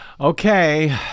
Okay